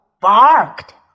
barked